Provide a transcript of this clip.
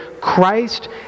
Christ